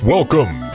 Welcome